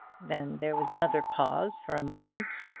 then there was another pause for a moment.